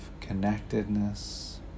connectedness